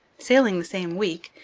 sailing the same week,